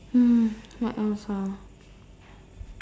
what else ah